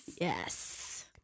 Yes